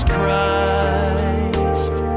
Christ